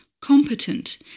competent